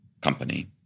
company